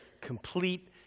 complete